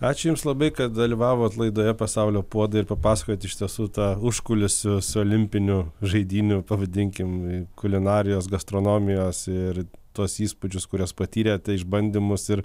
ačiū jums labai kad dalyvavot laidoje pasaulio puodai ir papasakojot iš tiesų tą užkulisius olimpinių žaidynių pavadinkim kulinarijos gastronomijos ir tuos įspūdžius kuriuos patyrė tai išbandymus ir